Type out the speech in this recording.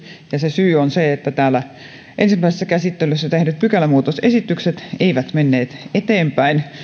syy on se että täällä ensimmäisessä käsittelyssä tehdyt pykälämuutosesitykset eivät menneet eteenpäin